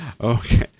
Okay